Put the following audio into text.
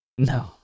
No